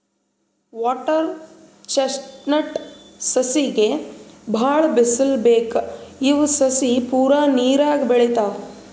water chestnut ಸಸಿಗ್ ಭಾಳ್ ಬಿಸಲ್ ಬೇಕ್ ಇವ್ ಸಸಿ ಪೂರಾ ನೀರಾಗೆ ಬೆಳಿತಾವ್